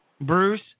Bruce